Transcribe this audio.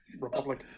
republic